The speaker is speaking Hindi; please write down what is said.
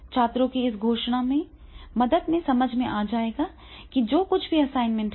छात्रों को इस घोषणा की मदद से समझ में आ जाएगा कि जो कुछ भी असाइनमेंट है